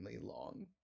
long